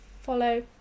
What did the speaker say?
follow